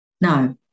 No